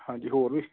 ਹਾਂਜੀ ਹੋਰ ਵੀ